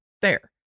Fair